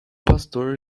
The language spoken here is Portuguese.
pastor